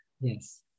yes